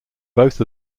both